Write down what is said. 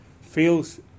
feels